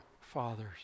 fathers